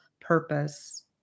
purpose